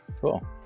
Cool